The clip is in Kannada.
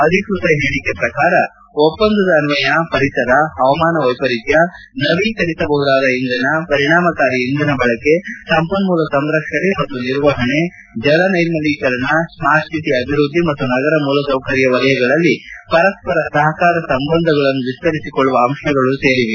ಅಧಿಕ್ವತ ಹೇಳಿಕೆ ಪ್ರಕಾರ ಒಪ್ಪಂದದ ಅನ್ವಯ ಪರಿಸರ ಹವಾಮಾನ ವೈಪರೀತ್ಯ ನವೀಕರಿಸಬಹುದಾದ ಇಂಧನ ಪರಿಣಾಮಕಾರಿ ಇಂಧನ ಬಳಕೆ ಸಂಪನ್ಮೂಲ ಸಂರಕ್ಷಣೆ ಮತ್ತು ನಿರ್ವಹಣೆ ಜಲ ನೈರ್ಮಲೀಕರಣ ಸ್ಮಾರ್ಟ್ ಸಿಟಿ ಅಭಿವ್ವದ್ದಿ ಮತ್ತು ನಗರ ಮೂಲಸೌಕರ್ಯ ವಲಯಗಳಲ್ಲಿ ಪರಸ್ವರ ಸಹಕಾರ ಸಂಬಂಧಗಳನ್ನು ವಿಸ್ತರಿಸಿಕೊಳ್ಳುವ ಅಂಶಗಳು ಸೇರಿವೆ